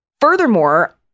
Furthermore